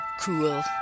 Cool